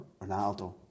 Ronaldo